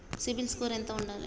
CIBIL score ఎంత ఉండాలే?